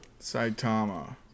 Saitama